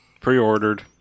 Pre-ordered